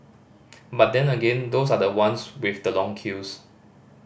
but then again those are the ones with the long queues